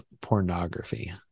pornography